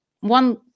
one